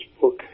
book